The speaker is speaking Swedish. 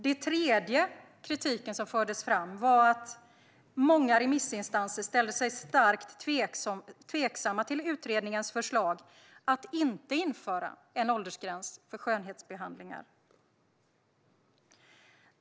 Den tredje kritiken som fördes fram var att många remissinstanser ställde sig starkt tveksamma till utredningens förslag att inte införa en åldersgräns för skönhetsbehandlingar.